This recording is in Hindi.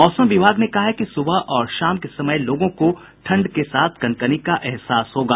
मौसम विभाग कहा है कि सुबह और शाम के समय लोगों को ठंड के साथ कनकनी का अहसास होगा